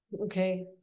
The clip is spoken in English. okay